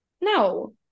No